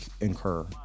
incur